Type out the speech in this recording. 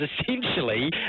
essentially